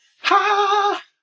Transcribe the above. ha